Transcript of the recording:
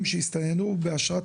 שהסתננו באשרת